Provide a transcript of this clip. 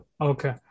okay